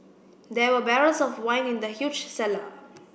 there were barrels of wine in the huge cellar